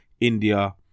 India